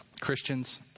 Christians